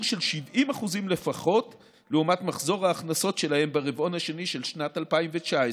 של 70% לפחות לעומת מחזור ההכנסות שלהם ברבעון השני של שנת 2019,